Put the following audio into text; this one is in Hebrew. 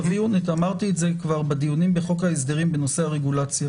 אמרתי את זה כבר בדיונים בחוק ההסדרים בנושא הרגולציה